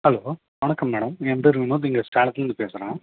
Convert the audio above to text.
hello வணக்கம் madam ஏன் பேர் வினோத் இங்கே ஸ்டார்க்லருந்து பேசுகிறேன்